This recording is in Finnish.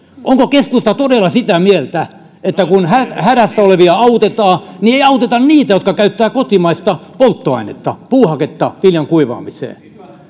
onko keskusta todella sitä mieltä että kun hädässä olevia autetaan niin ei auteta niitä jotka käyttävät kotimaista polttoainetta puuhaketta viljan kuivaamiseen